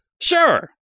Sure